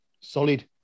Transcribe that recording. solid